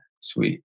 sweet